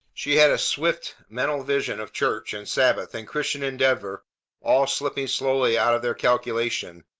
she had a swift mental vision of church and sabbath and christian endeavor all slipping slowly out of their calculation,